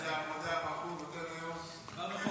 13 ועדות.